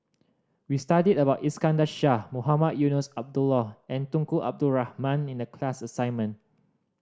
we studied about Iskandar Shah Mohamed Eunos Abdullah and Tunku Abdul Rahman in the class assignment